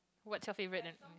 what's your favorite then